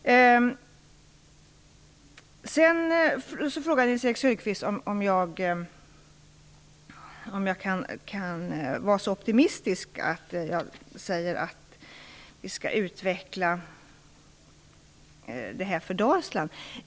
Nils-Erik Söderqvist frågade om jag kan vara så optimistisk att jag säger att vi skall utveckla detta för Dalsland.